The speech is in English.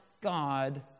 God